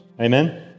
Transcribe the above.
Amen